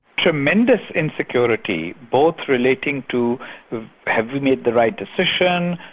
tremendous insecurity, both relating to have we made the right decision,